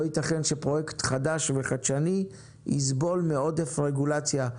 ייתכן שפרויקט חדש וחדשני יסבול מעודף רגולציה,